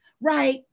right